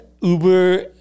Uber